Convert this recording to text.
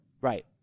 right